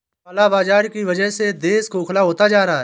काला बाजार की वजह से देश खोखला होता जा रहा है